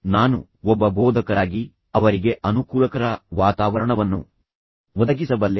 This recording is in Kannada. ನಾನು ಒಬ್ಬ ಬೋಧಕರಾಗಿ ಅವರಿಗೆ ಅನುಕೂಲಕರ ವಾತಾವರಣವನ್ನು ಒದಗಿಸಬಲ್ಲೆ